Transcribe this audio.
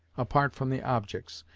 apart from the objects,